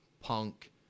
punk